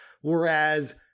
Whereas